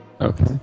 Okay